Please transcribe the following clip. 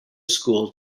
school